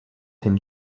him